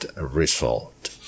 result